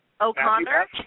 O'Connor